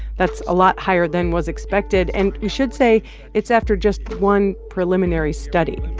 that's a lot higher than was expected, and we should say it's after just one preliminary study.